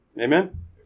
Amen